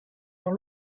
dans